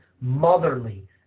motherly